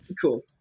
Cool